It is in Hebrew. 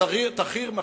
שתחליט